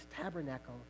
tabernacle